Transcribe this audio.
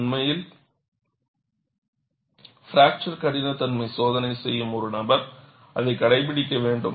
உண்மையில் பிராக்சர் கடினத்தன்மை சோதனை செய்யும் ஒரு நபர் அதைக் கடைப்பிடிக்க வேண்டும்